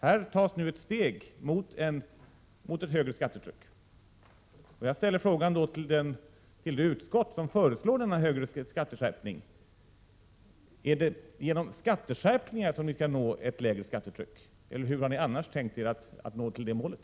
Här tas nu ett steg mot ett högre skattetryck. Jag ställer frågan till det utskott som föreslår denna skatteskärpning: Är det genom skatteskärpningar som vi skall nå ett lägre skattetryck? Eller hur har ni annars tänkt er att nå till det målet?